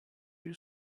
you